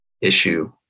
issue